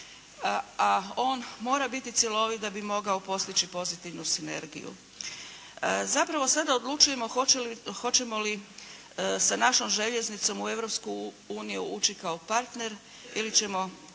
a on mora biti cjelovit da bi mogao postići pozitivnu sinergiju. Zapravo sada odlučujemo hoćemo li sa našom željeznicom u Europsku uniju ući kao partner ili ćemo